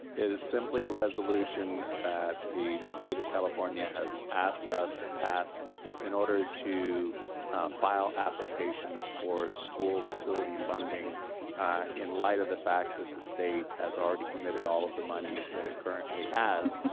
it is simply a resolution that the state of california has asked us to pass in order to file applications for school facility funding in light of the fact that the state has already committed committed all of the money that it currently has,